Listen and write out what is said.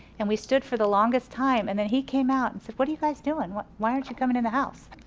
and we stood for the longest time, and then he came out and said, what are you guys doing? and why aren't you coming in the house?